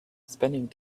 spending